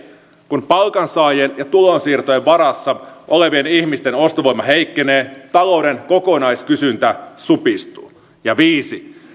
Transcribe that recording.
kun palkansaajien ja tulonsiirtojen varassa olevien ihmisten ostovoima heikkenee talouden kokonaiskysyntä supistuu viisi